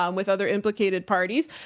um with other implicated parties.